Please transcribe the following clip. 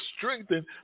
strengthen